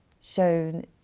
shown